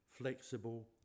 flexible